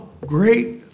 great